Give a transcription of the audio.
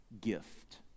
gift